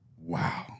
Wow